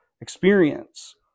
experience